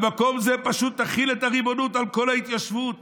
במקום זה פשוט תחיל את הריבונות על כל ההתיישבות,